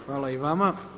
Hvala i vama.